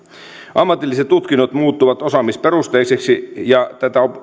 ammatilliset tutkinnot muuttuvat osaamisperusteisiksi ja tätä